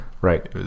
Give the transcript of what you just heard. right